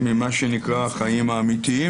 ממה שנקרא "החיים האמיתיים",